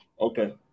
Okay